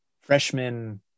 freshman